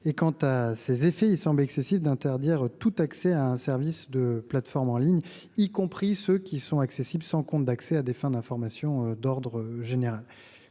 quant à ses effets, puisqu’il paraît excessif d’interdire tout accès à un service de plateforme en ligne, y compris ceux qui sont accessibles sans compte d’accès à des fins d’information d’ordre général.